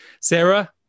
Sarah